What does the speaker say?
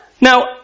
Now